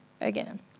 again